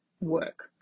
work